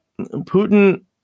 Putin